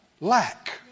lack